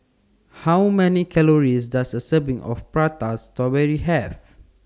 How Many Calories Does A Serving of Prata Strawberry Have